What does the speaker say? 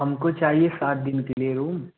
हमको चाहिए सात दिन के लिए रूम